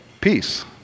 peace